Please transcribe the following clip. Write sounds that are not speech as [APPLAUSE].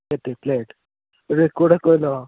କେତେ ପ୍ଲେଟ୍ [UNINTELLIGIBLE] କହିଲ